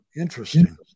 Interesting